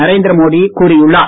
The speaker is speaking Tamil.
நரேந்திர மோடி கூறியுள்ளார்